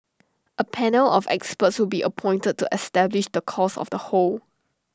A panel of experts to be appointed to establish the cause of the hole